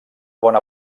bona